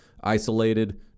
isolated